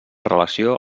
relació